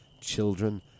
children